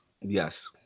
Yes